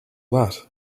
that